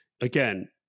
Again